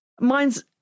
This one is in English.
Mine's